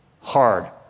hard